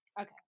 Okay